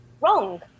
wrong